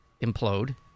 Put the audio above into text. implode